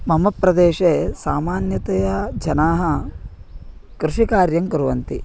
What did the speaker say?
मम प्रदेशे सामान्यतया जनाः कृषिकार्यं कुर्वन्ति